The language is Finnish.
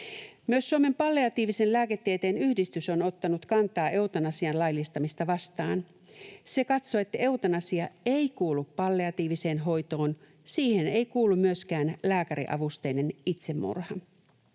Myös Suomen palliatiivisen lääketieteen yhdistys on ottanut kantaa eutanasian laillistamista vastaan. Se katsoo, että eutanasia ei kuulu palliatiiviseen hoitoon, siihen ei kuulu myöskään lääkäriavusteinen itsemurha.